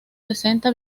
sesenta